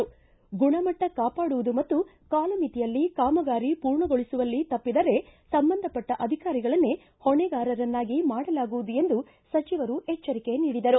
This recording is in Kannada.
ಗುಣಮಟ್ಟ ಕಾಪಾಡುವುದು ಮತ್ತು ಕಾಲಮಿತಿಯಲ್ಲಿ ಕಾಮಗಾರಿ ಪೂರ್ಣಗೊಳಿಸುವುವಲ್ಲಿ ತಪ್ಪಿದರೆ ಸಂಬಂಧಪಟ್ಟ ಅಧಿಕಾರಿಗಳನ್ನೇ ಹೊಣೆಗಾರರನ್ನಾಗಿ ಮಾಡಲಾಗುವುದು ಎಂದು ಸಚವರು ಎಚ್ಚರಿಕೆ ನೀಡಿದರು